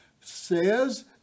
says